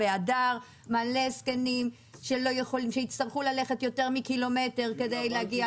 שיש שם הרבה זקנים שיצטרכו ללכת יותר מקילומטר כדי להגיע